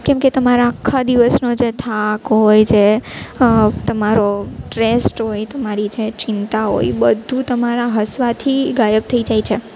કેમકે તમારા આખા દિવસનો જે થાક હોય છે તમારો ટ્રેસ હોય તમારી જે ચિંતા હોય એ બધું તમારા હસવાથી ગાયબ થઈ જાય છે